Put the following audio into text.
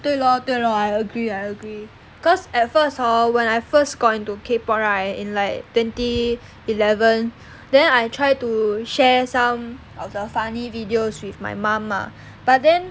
对 lor 对 lor I agree I agree cause at first hor when I first got into K pop right in like twenty eleven then I try to share some of the funny videos with my mum lah but then